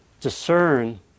discern